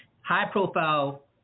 High-profile